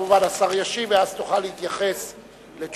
כמובן, השר ישיב ואז תוכל להתייחס לתשובתו.